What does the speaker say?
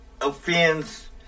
offends